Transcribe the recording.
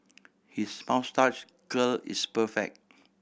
his moustache curl is perfect